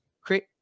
create